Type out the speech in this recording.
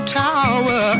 tower